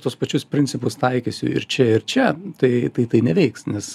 tuos pačius principus taikysiu ir čia ir čia tai tai tai neveiks nes